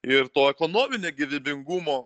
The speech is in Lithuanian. ir to ekonominio gyvybingumo